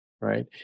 right